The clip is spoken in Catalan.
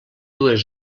dues